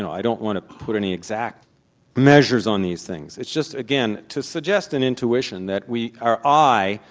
i don't want to put any exact measures on these things. it's just again, to suggest an intuition that we, are i,